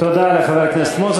תודה לחבר הכנסת מוזס.